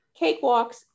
cakewalks